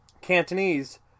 Cantonese